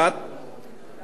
כמעט ארבעה שבועות, בכנס קיסריה,